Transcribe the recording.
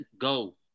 go